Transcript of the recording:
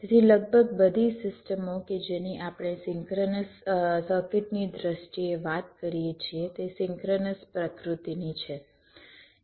તેથી લગભગ બધી સિસ્ટમો કે જેની આપણે સિંક્રનસ સર્કિટની દ્રષ્ટિએ વાત કરીએ છીએ તે સિંક્રનસ પ્રકૃતિની છે